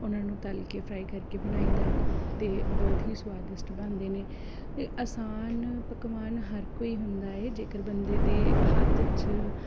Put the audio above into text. ਉਹਨਾਂ ਨੂੰ ਤਲ ਕੇ ਫਰਾਈ ਕਰਕੇ ਬਣਾਈ ਦਾ ਅਤੇ ਬਹੁਤ ਹੀ ਸਵਾਦਿਸ਼ਟ ਬਣਦੇ ਨੇ ਅ ਆਸਾਨ ਪਕਵਾਨ ਹਰ ਕੋਈ ਹੁੰਦਾ ਏ ਜੇਕਰ ਬੰਦੇ ਦੇ ਹੱਥ 'ਚ